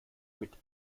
mit